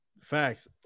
facts